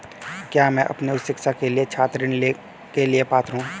क्या मैं अपनी उच्च शिक्षा के लिए छात्र ऋण के लिए पात्र हूँ?